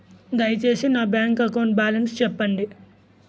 దయచేసి నా bank account balance చెప్పండి